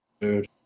Dude